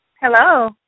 Hello